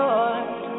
Lord